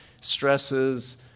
stresses